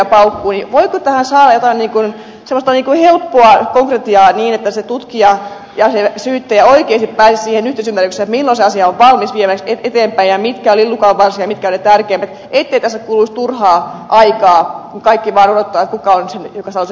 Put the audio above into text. voiko tähän saada jotain semmoista helppoa konkretiaa niin että se tutkija ja se syyttäjä oikeasti pääsisivät siihen yhteisymmärrykseen milloin se asia on valmis vietäväksi eteenpäin ja mitkä ovat lillukanvarsia ja mitkä ovat ne tärkeimmät ettei tässä kuluisi turhaa aikaa kun kaikki vaan odottavat kuka on se joka sanoo sen viimeisen sanan